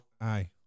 aye